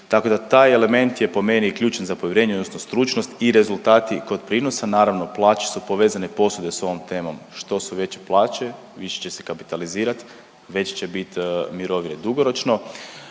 Tako da taj element je po meni ključan za povjerenje, odnosno stručnost i rezultati kod prinosa. Naravno plaće su povezane posebno sa ovom temom. Što su veće plaće više će se kapitalizirati, veće će biti mirovine dugoročno.